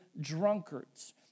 drunkards